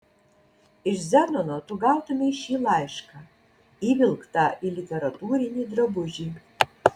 iš zenono tu gautumei šį laišką įvilktą į literatūrinį drabužį